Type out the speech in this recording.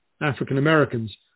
African-Americans